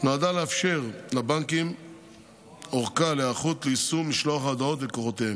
נועדה לאפשר לבנקים ארכה להיערכות ליישום משלוח ההודעות ללקוחותיהם.